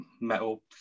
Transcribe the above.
metal